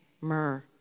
myrrh